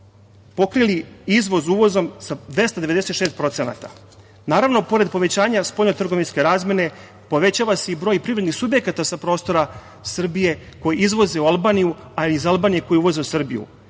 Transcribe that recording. pokrili izvoz uvozom 296%.Naravno pored povećanja spoljnotrgovinske razmene povećava se i broj privrednih subjekata sa prostora Srbije koji izvoze u Albaniju, a iz Albanije koji uvoze u Srbiju.